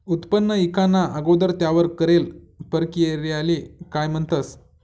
उत्पन्न ईकाना अगोदर त्यावर करेल परकिरयाले काय म्हणतंस?